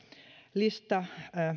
lista